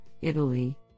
Italy